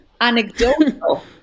anecdotal